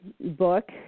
book